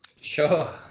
sure